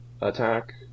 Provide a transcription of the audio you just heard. attack